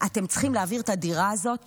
הם צריכים להעביר את הדירה הזאת